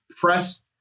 press